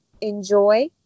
Enjoy